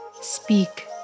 speak